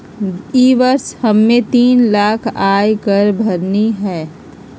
ई वर्ष हम्मे तीन लाख आय कर भरली हई